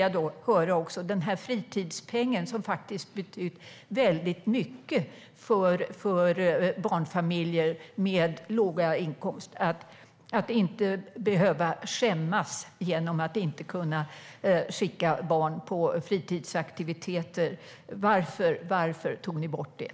Jag vill också diskutera fritidspengen som har betytt mycket för barnfamiljer med låga inkomster. Man ska inte behöva skämmas över att inte kunna skicka sina barn på fritidsaktiviteter. Varför tog ni bort den?